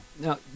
Now